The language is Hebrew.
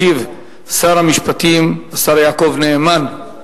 ישיב שר המשפטים, השר יעקב נאמן.